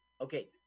Okay